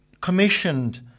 commissioned